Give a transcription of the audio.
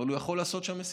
אבל הוא יכול לעשות שם מסיבה,